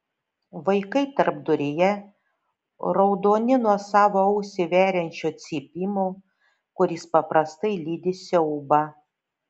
vaikai tarpduryje raudoni nuo savo ausį veriančio cypimo kuris paprastai lydi siaubą